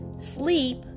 sleep